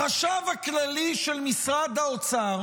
החשב הכללי של משרד האוצר